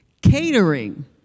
catering